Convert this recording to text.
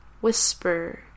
whisper